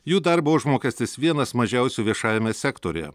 jų darbo užmokestis vienas mažiausių viešajame sektoriuje